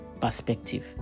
perspective